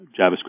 JavaScript